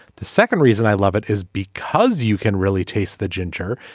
the second reason i love it is because you can really taste the ginger.